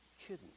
kidding